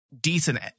decent